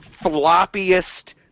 floppiest